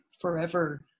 forever